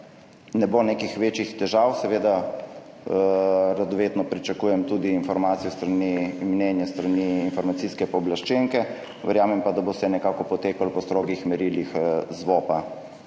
ne bo nekih večjih težav. Seveda radovedno pričakujem tudi informacijo s strani mnenja, s strani informacijske pooblaščenke. Verjamem pa, da bo vse nekako potekalo po strogih merilih ZVOP-a.